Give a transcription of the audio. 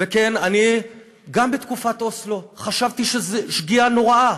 וכן, גם אני בתקופת אוסלו חשבתי שזו שגיאה נוראה.